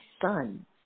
son